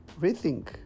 rethink